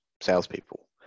salespeople